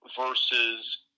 versus